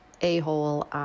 a-hole